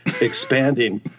expanding